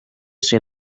say